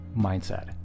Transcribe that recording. mindset